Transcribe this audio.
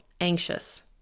anxious